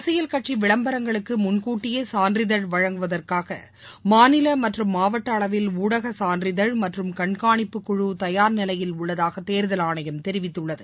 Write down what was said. அரசியல் கட்சி விளம்பரங்களுக்கு முன்கூட்டியே சான்றிதழ் வழங்குவதற்காக மாநில மற்றும் மாவட்ட அளவில் ஊடக சான்றிதழ் மற்றும் கண்கானிப்புக்குழு தயார்நிலையில் உள்ளதாக தேர்தல் ஆணையம் தெரிவித்துள்ளது